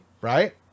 Right